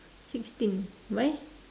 sixteen why